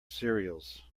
cereals